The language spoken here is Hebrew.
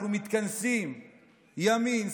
אנחנו מתכנסים ימין,